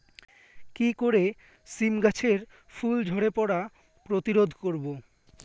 কি করে সীম গাছের ফুল ঝরে পড়া প্রতিরোধ করব?